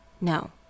no